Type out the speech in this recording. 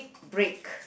break